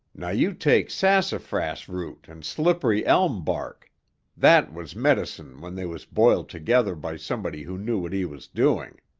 now you take sassafras root and slippery elm bark that was medicine when they was boiled together by somebody who knew what he was doing.